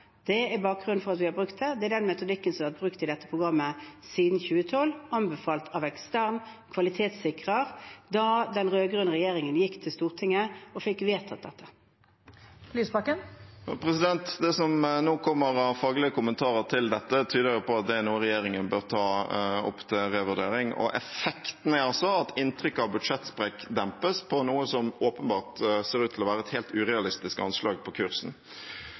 Det er bakgrunnen for at vi har brukt det. Metodikken er brukt i dette programmet siden 2012, og anbefalt av ekstern kvalitetssikrer da den rød-grønne regjeringen gikk til Stortinget og fikk vedtatt dette. Audun Lysbakken – til oppfølgingsspørsmål. Det som nå kommer av faglige kommentarer til dette, tyder på at det er noe regjeringen burde ta opp til revurdering. Effekten er altså at inntrykket av budsjettsprekk dempes, av noe som åpenbart ser ut til å være et helt urealistisk kursanslag. La oss komme til det som jeg tror veldig mange lurer på,